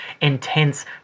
intense